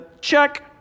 check